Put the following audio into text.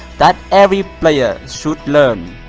that every player should learn!